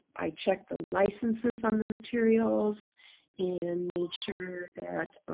i checked the licenses on the materials and made sure that